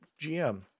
GM